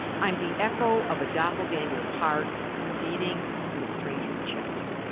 i'm the echo of a doppelganger's heart beating in the stranger's chest.